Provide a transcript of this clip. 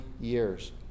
years